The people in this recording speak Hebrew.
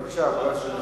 בבקשה, חבר הכנסת מיכאלי.